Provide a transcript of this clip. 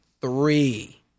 three